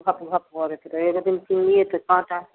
भक भक गरैत रहै हइ एक दिन किनलिए तऽ काँटा